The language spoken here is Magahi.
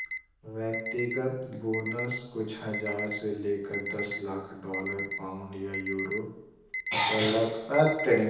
व्यक्तिगत बोनस कुछ हज़ार से लेकर दस लाख डॉलर, पाउंड या यूरो तलक हो सको हइ